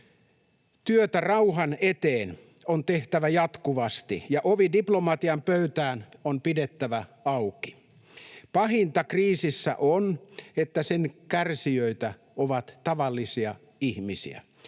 Työtä rauhan eteen on tehtävä jatkuvasti, ja ovi diplomatian pöytään on pidettävä auki. Pahinta kriisissä on, että sen kärsijöitä ovat tavalliset ihmiset,